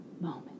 moment